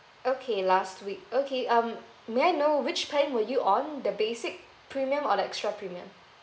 okay last week okay um may I know which plan were you on the basic premium or the extra premium